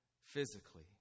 physically